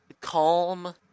calm